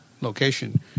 location